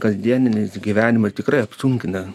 kasdieninį gyvenimą tikrai apsunkina